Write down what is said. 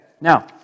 now